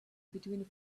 between